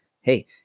Hey